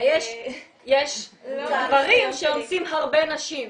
יש גברים שאונסים הרבה נשים.